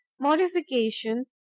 modification